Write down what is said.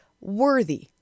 worthy